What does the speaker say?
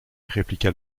répliqua